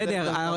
בסדר,